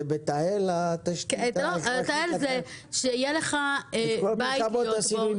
תהל זה שיהיה לך בית להיות בו,